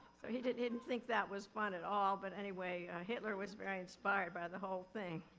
so he didn't didn't think that was fun at all. but anyway, hitler was very inspired by the whole thing